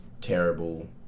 terrible